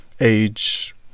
age